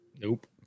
Nope